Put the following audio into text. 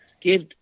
Give